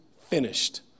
finished